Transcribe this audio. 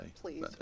Please